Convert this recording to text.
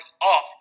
off